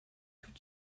what